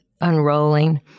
unrolling